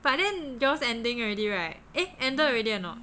but then yours ending already right eh ended already or not